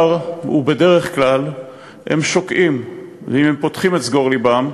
בדרך כלל הם שוקעים, ואם הם פותחים את סגור לבם,